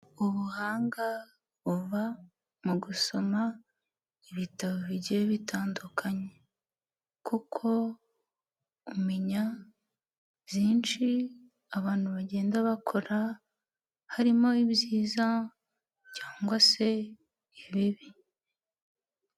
Ubuhanga buva mu gusoma ibitabo bigiye bitandukanye, kuko umenya byinshi abantu bagenda bakora harimo ibyiza cyangwa se ibibi.